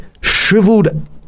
shriveled